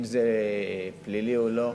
אם זה פלילי או לא,